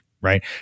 right